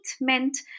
meant